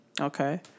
Okay